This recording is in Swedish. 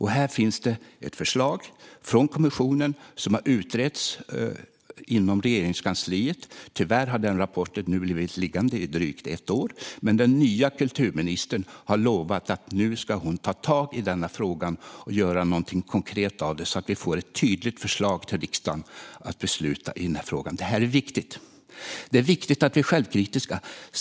Här finns ett förslag från kommissionen som har utretts inom Regeringskansliet. Tyvärr har rapporten blivit liggande i drygt ett år, men den nya kulturministern har lovat att nu ta tag i frågan och göra någonting konkret av det hela så att vi får ett tydligt förslag till riksdagen att besluta om. Det här är viktigt. Det är viktigt att vi är självkritiska.